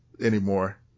anymore